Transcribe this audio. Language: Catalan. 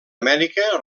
amèrica